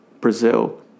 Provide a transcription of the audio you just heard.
Brazil